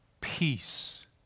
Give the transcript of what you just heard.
Peace